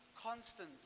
constant